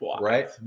Right